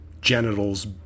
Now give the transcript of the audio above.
genitals